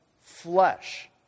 flesh